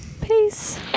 Peace